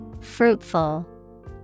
Fruitful